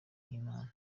nk’imana